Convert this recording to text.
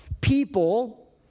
people